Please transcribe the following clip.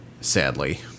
Sadly